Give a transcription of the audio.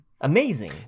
Amazing